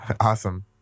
awesome